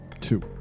two